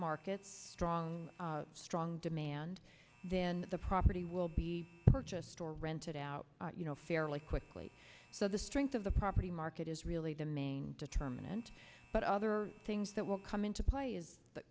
markets strong strong demand then the property will be purchased or rented out you know fairly quickly so the strength of the property market is really the main determinant but other things that will come into play is but